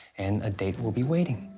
and a date will be waiting.